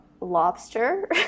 lobster